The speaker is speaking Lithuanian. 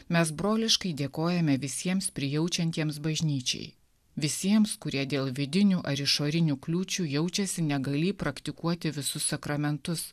mes broliškai dėkojame visiems prijaučiantiems bažnyčiai visiems kurie dėl vidinių ar išorinių kliūčių jaučiasi negalį praktikuoti visus sakramentus